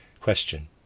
Question